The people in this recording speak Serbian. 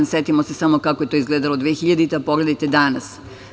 Setimo se samo kako je to izgledalo 2000. godine, a pogledajte danas.